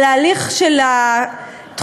על ההליך של התחושה,